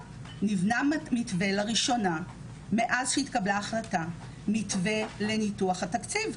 נבנה מתווה לראשונה מאז שהתקבלה החלטה לניתוח התקציב.